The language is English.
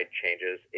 changes